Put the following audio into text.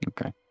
Okay